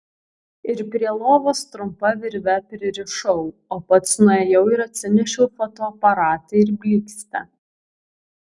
ir prie lovos trumpa virve pririšau o pats nuėjau ir atsinešiau fotoaparatą ir blykstę